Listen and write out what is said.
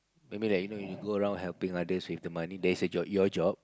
maybe like you know you go around helping others with the money that's a job your job